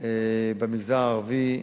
במגזר הערבי,